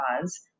cause